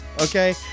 Okay